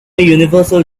universal